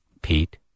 Pete